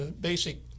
basic